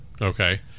Okay